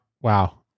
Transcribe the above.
Wow